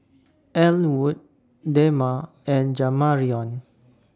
Ellwood Dema and Jamarion